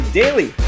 daily